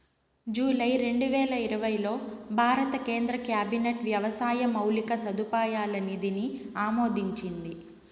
July రెండువేల ఇరవైలో భారత కేంద్ర క్యాబినెట్ వ్యవసాయ మౌలిక సదుపాయాల నిధిని ఆమోదించింది